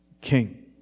king